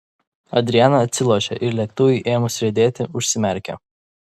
adriana atsilošė ir lėktuvui ėmus riedėti užsimerkė